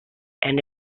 and